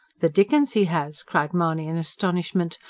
the dickens he has! cried mahony in astonishment.